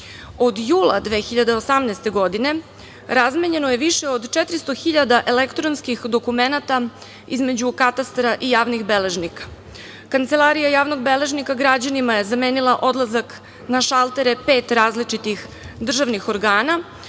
jula 2018. godine razmenjeno je više od 400.000 elektronskih dokumenata između katastra i javnih beležnika. Kancelarija javnog beležnika građanima je zamenila odlazak na šaltere pet različitih državnih organa